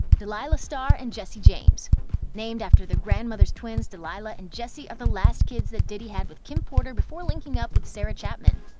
d'lila star and jessie james named after their grandmothers, twins d'lila and jessie are the last kids that diddy had with kim porter before linking up with sarah chapman.